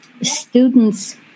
students